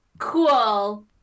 Cool